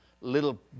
little